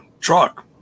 Truck